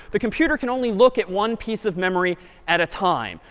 the computer can only look at one piece of memory at a time,